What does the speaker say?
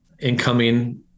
incoming